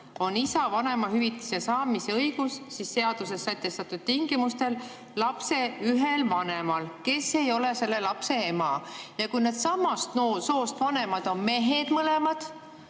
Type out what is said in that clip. on isa vanemahüvitise saamise õigus seaduses sätestatud tingimustel lapse ühel vanemal, kes ei ole selle lapse ema. Ja kui need samast soost vanemad on mõlemad